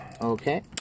Okay